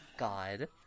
God